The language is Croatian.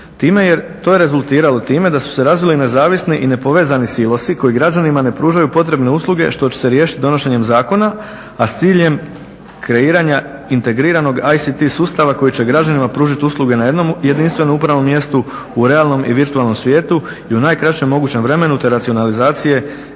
To je rezultiralo time da su se razvili nezavisni i nepovezani silosi koji građanima ne pružaju potrebne usluge što će se riješiti donošenjem zakona, a s ciljem kreiranja integriranog ICT sustava koji će građanima pružiti usluge na jednom jedinstvenom upravnom mjestu u realnom i virtualnom svijetu i u najkraćem mogućem vremenu te racionalizacije